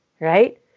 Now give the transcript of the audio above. right